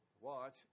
watch